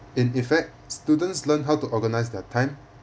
in effect students learn how to organise their time